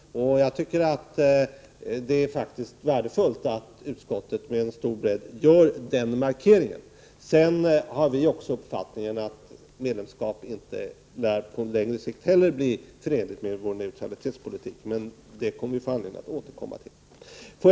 Jag tycker faktiskt att det är värdefullt att utskottet med stor bredd gör den markeringen. Sedan har vi också den uppfattningen, att medlemskap inte heller på längre sikt lär bli förenligt med vår neutralitetspolitik, men det kommer vi att få anledning att återkomma till.